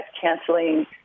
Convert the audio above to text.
canceling